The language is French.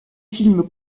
films